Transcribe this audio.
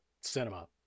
cinema